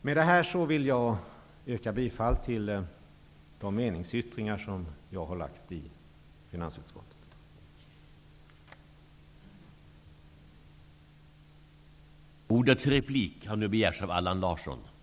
Med detta vill jag yrka bifall till de meningsyttringar som jag har fogat vid finansutskottets betänkande.